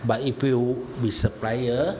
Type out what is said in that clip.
but if you with supplier